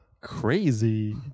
Crazy